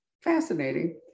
fascinating